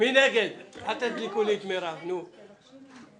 מי בעד הצעה 73 של קבוצת סיעת המחנה הציוני?